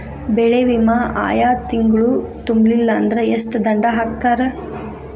ಬೆಳೆ ವಿಮಾ ಆಯಾ ತಿಂಗ್ಳು ತುಂಬಲಿಲ್ಲಾಂದ್ರ ಎಷ್ಟ ದಂಡಾ ಹಾಕ್ತಾರ?